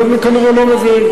אבל אני כנראה לא מבין.